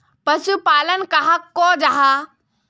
पशुपालन कहाक को जाहा?